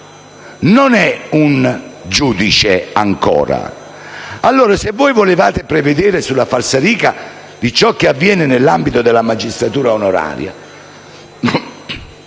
ancora un giudice. Se allora lo volevate prevedere, sulla falsariga di ciò che avviene nell'ambito della magistratura onoraria,